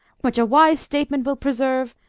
which a wise statesman will preserve,